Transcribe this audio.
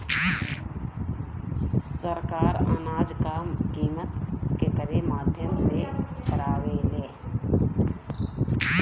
सरकार अनाज क कीमत केकरे माध्यम से लगावे ले?